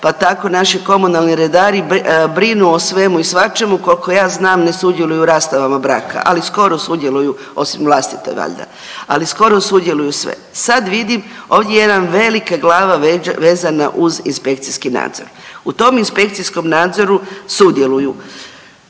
pa tako naši komunalni redari brinu o svemu i svačemu, koliko ja znam ne sudjeluju u rastavama braka, ali skoro sudjeluju osim vlastite valjda, ali skoro sudjeluju sve. Sad vidim ovdje jedan veliki glava vezana uz inspekcijski nadzor. U tom inspekcijskom nadzoru sudjeluju